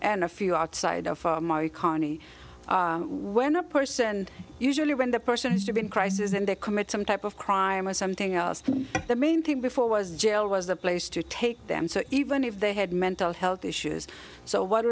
and a few outside of my economy when a person usually when the person has to be in crisis and they commit some type of crime or something else the main thing before was jail was the place to take them so even if they had mental health issues so what